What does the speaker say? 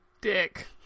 dick